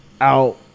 out